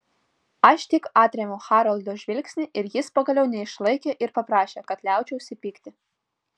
aš tik atrėmiau haroldo žvilgsnį ir jis pagaliau neišlaikė ir paprašė kad liaučiausi pykti